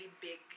big